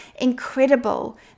incredible